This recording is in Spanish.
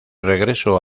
regreso